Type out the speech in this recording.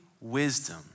wisdom